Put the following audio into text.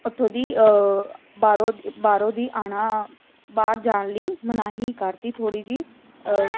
ਉੱਥੋਂ ਦੀ ਬਾਹਰੋਂ ਦੀ ਬਾਹਰੋਂ ਦੀ ਆਉਣਾ ਬਾਹਰ ਜਾਣ ਲਈ ਮਨਾਹੀ ਕਰ ਦਿੱਤੀ ਥੋੜ੍ਹੀ ਜਿਹੀ